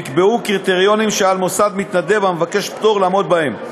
נקבעו קריטריונים שעל מוסד מתנדב המבקש פטור לעמוד בהם,